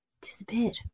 disappeared